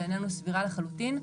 בעינינו סבירה לחלוטין,